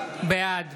בעד